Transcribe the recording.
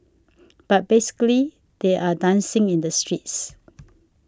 but basically they're dancing in the streets